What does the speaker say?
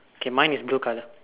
okay mine is blue colour